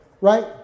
right